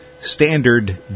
Standard